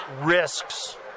risks